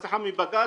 מבג"ץ.